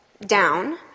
down